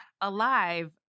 alive